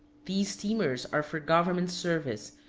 these steamers are for government service,